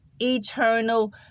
Eternal